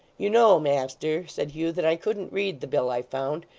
you know, master said hugh, that i couldn't read the bill i found,